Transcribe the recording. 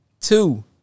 Two